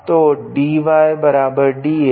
तो dydx